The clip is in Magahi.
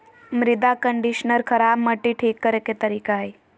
मृदा कंडीशनर खराब मट्टी ठीक करे के तरीका हइ